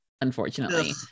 unfortunately